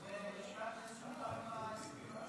ב-2024 2025, בגלל